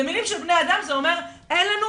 במילים של בני אדם זה אומר 'אין לנו